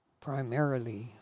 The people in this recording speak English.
primarily